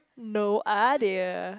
no idea